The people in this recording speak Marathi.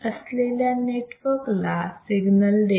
असलेल्या नेटवर्क ला सिग्नल देतो